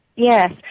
Yes